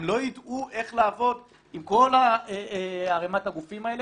הם לא יידעו איך לעבוד עם כל ערימת הגופים האלה,